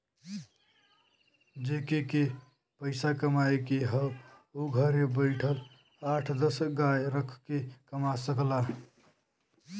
जेके के पइसा कमाए के हौ उ घरे बइठल आठ दस गाय रख के कमा सकला